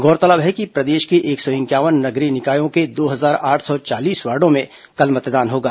गौरतलब है कि प्रदेश के एक सौ इंक्यावन नगरीय निकायों के दो हजार आठ सौ चालीस वार्डो में कल मतदान होगा